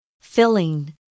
Filling